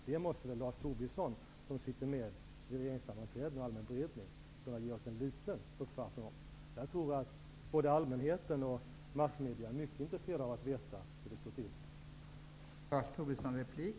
Det måste väl Lars Tobisson, som sitter med vid regeringssammanträden och allmän beredning, kunna ge oss en liten uppfattning om. Jag tror att både allmänheten och massmedia är mycket intresserade av att få veta hur det står till.